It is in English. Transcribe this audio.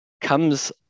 comes